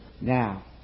Now